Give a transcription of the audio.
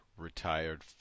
Retired